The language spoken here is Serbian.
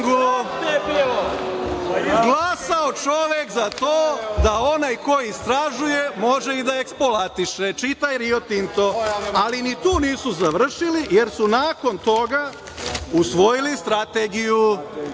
Glasao čovek za to da onaj ko istražuje može i da eksploatiše, čitaj Rio Tinto. Ali, ni tu nisu završili, jer su nakon toga usvojili strategiju.